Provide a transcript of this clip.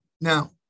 Now